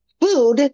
food